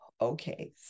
okay